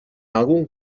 algun